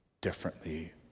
differently